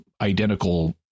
identical